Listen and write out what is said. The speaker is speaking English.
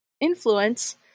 influence